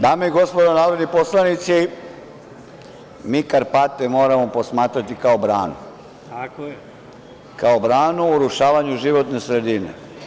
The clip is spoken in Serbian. Dame i gospodo narodni poslanici, mi Karpate moramo posmatrati kao branu, kao branu urušavanju životne sredine.